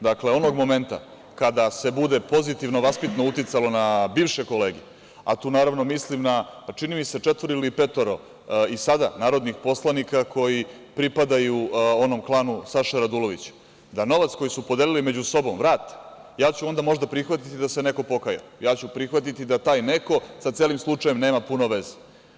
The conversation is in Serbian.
Dakle, onog momenta kada se bude pozitivno vaspitno uticalo na bivše kolege, a tu naravno mislim na, čini mi se, četvoro ili petoro i sada narodnih poslanika koji pripadaju onom klanu Saše Radulović, da novac koji su podelili među sobom vrate ja ću onda možda prihvatiti da se neko pokajao, ja ću prihvatiti da taj neko sa celim slučajem nema puno veze.